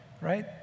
right